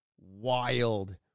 wild